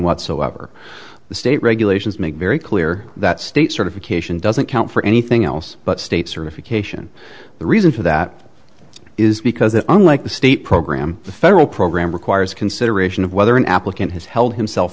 whatsoever the state regulations make very clear that state certification doesn't count for anything else but state certification the reason for that is because it unlike the state program the federal program requires consideration of whether an applicant has held himself